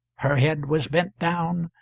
her head was bent down,